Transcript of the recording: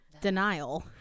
Denial